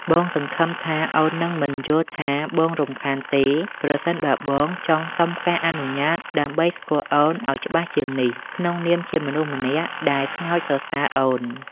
បងសង្ឃឹមថាអូននឹងមិនយល់ថាបងរំខានទេ ប្រសិនបើបងចង់សុំការអនុញ្ញាតដើម្បីស្គាល់អូនឱ្យច្បាស់ជាងនេះ ក្នុងនាមជាមនុស្សម្នាក់ដែលស្ងើចសរសើរអូន។